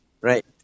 right